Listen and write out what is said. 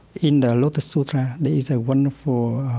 in the lotus sutra, there is a wonderful,